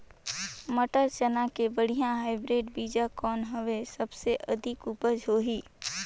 मटर, चना के बढ़िया हाईब्रिड बीजा कौन हवय? सबले अधिक उपज होही?